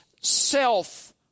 self